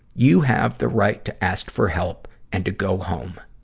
you have the right to ask for help and to go home.